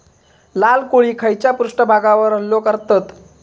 लाल कोळी खैच्या पृष्ठभागावर हल्लो करतत?